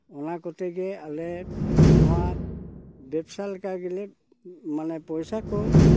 ᱚᱱᱟ ᱠᱚᱛᱮ ᱜᱮ ᱟᱞᱮ ᱱᱚᱣᱟ ᱵᱮᱵᱥᱟ ᱞᱮᱠᱟ ᱜᱮᱞᱮ ᱢᱟᱱᱮ ᱯᱚᱭᱥᱟ ᱠᱚ